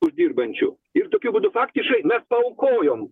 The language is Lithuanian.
uždirbančių ir tokiu būdu faktiškai mes paaukojom